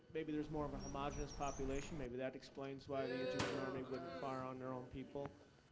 maybe there's more of a homogeneous population. maybe that explains why the egyptian army wouldn't fire on their own people.